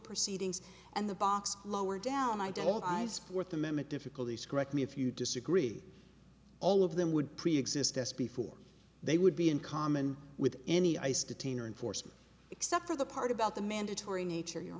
proceedings and the box lower down i don't ice fourth amendment difficulties correct me if you disagree all of them would preexist as before they would be in common with any ice detain or enforcement except for the part about the mandatory nature your